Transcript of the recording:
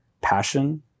passion